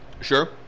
Sure